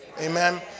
amen